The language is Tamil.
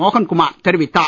மோகன்குமார் தெரிவித்தார்